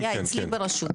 כן, היה אצלי ברשות.